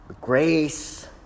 grace